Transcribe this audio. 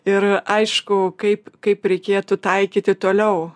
ir aišku kaip kaip reikėtų taikyti toliau